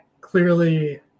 clearly